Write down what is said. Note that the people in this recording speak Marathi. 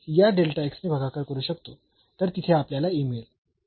तर आपण या ने भागाकार करू शकतो तर तिथे आपल्याला मिळेल